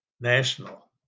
national